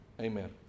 amen